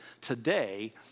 today